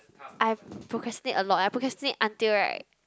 I have procrastinate a lot I procrastinate until right